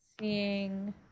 Seeing